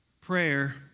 prayer